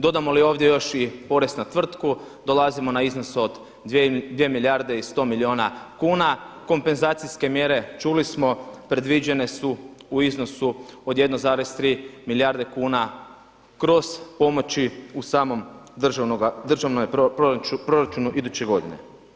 Dodamo li još ovdje još porez na tvrtku dolazimo na iznos od dvije milijarde i sto milijuna kuna, kompenzacijske mjere čuli smo predviđene su u iznosu od 1,3 milijarde kuna kroz pomoći u samom državnom proračunu iduće godine.